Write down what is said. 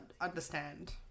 understand